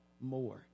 more